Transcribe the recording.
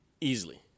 easily